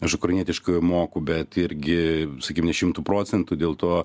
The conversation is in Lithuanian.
aš ukrainietiškai moku bet irgi sakykim ne šimtu procentų dėl to